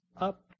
up